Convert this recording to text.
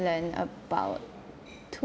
~land about two